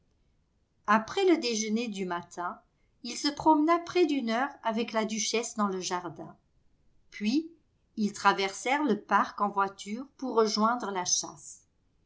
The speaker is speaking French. après le déjeuner du matin il se promena près d'une heure avec la duchesse dans le jardin puis ils traversèrent le parc en voiture pour rejoindre la chasse